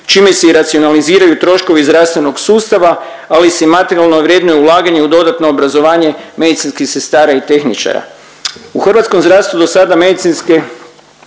čime se i racionaliziraju troškovi zdravstvenog sustava ali su i materijalno vrijedna ulaganja u dodatno obrazovanje medicinskih sestara i tehničara.